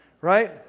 Right